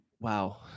Wow